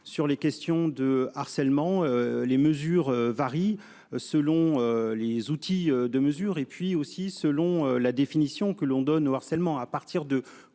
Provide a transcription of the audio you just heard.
sur les questions de harcèlement. Les mesures varient selon les outils de mesure et puis aussi, selon la définition que l'on donne au harcèlement